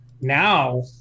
Now